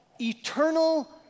Eternal